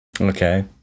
Okay